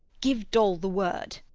give dol the word.